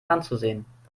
anzusehen